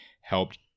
helped